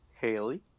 Haley